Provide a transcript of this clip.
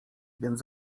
więc